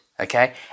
Okay